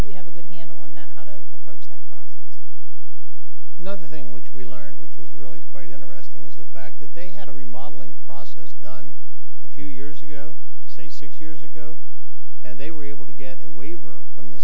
we have a good handle on that how to approach another thing which we learned which was really quite interesting is the fact that they had a remodelling process done a few years ago say six years ago and they were able to get a waiver from the